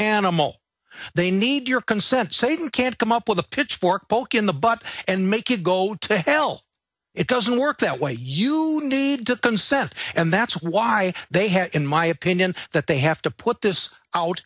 animal they need your consent satan can't come up with a pitchfork poke in the butt and make it go to hell it doesn't work that way you need to consent and that's why they had in my opinion that they have to put this out